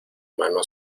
mano